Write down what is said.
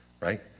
right